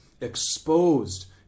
exposed